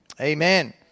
amen